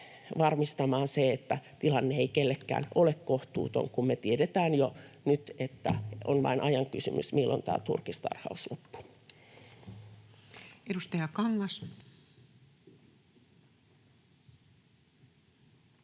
varmistamaan, että tilanne ei kellekään ole kohtuuton, kun me tiedetään jo nyt, että on vain ajan kysymys, milloin turkistarhaus loppuu. [Speech 217]